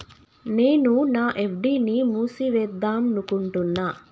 నేను నా ఎఫ్.డి ని మూసివేద్దాంనుకుంటున్న